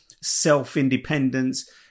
self-independence